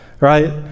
right